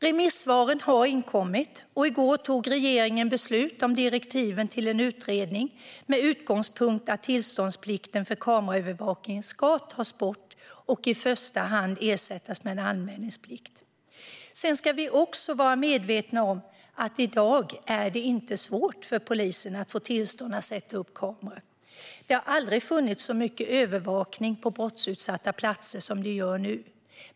Remissvaren har inkommit, och i går tog regeringen beslut om direktiven till en utredning med utgångspunkten att tillståndsplikten för kameraövervakning ska tas bort och i första hand ersättas med en anmälningsplikt. Vi ska också vara medvetna om att det i dag inte är svårt för polisen att få tillstånd att sätta upp kameror. Det har aldrig funnits så mycket övervakning på brottsutsatta platser som det gör nu.